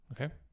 Okay